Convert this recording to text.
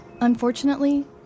Unfortunately